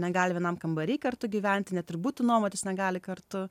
negali vienam kambary kartu gyventi net ir būtų nuomotis negali kartu